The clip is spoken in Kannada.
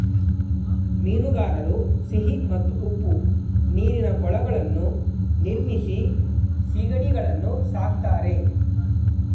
ಮೀನುಗಾರರು ಸಿಹಿ ಮತ್ತು ಉಪ್ಪು ನೀರಿನ ಕೊಳಗಳನ್ನು ನಿರ್ಮಿಸಿ ಸಿಗಡಿಗಳನ್ನು ಸಾಕ್ತರೆ